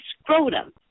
scrotum